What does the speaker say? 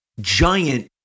giant